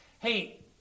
Hey